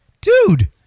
dude